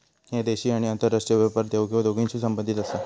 ह्या देशी आणि आंतरराष्ट्रीय व्यापार देवघेव दोन्हींशी संबंधित आसा